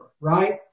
right